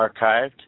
archived